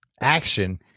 Action